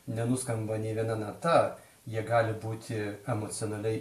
nenuskamba nei viena nata jie gali būti emocionaliai